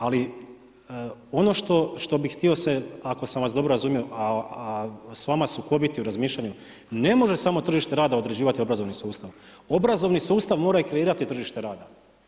Ali ono što bih htio se, ako sam vas dobro razumio a s vama sukobiti u razmišljanju, ne može samo tržište rade odrađivati obrazovni sustav, obrazovni sustav mora i kreirati tržište rada.